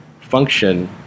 function